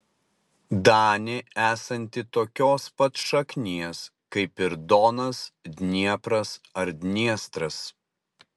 danė esanti tokios pat šaknies kaip ir donas dniepras ir dniestras